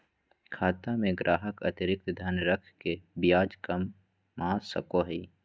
खाता में ग्राहक अतिरिक्त धन रख के ब्याज कमा सको हइ